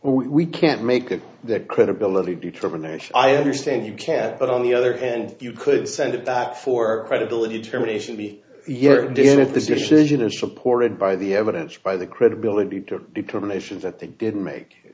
we can't make that credibility determination i understand you can't but on the other hand you could send it back for credibility determination the here did it this decision is supported by the evidence by the credibility to determinations that they didn't make